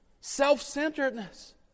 Self-centeredness